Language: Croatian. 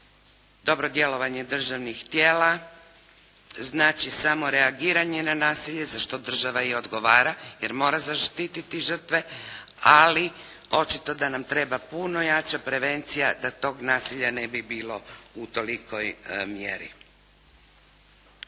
dobro djelovanje državnih tijela, znači samo reagiranje na nasilje, za što država i odgovara jer mora zaštiti žrtve, ali očito da nam treba puno jača prevencija da tog nasilja ne bi bilo u tolikoj mjeri.